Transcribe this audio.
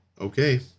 okay